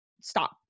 stop